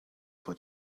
for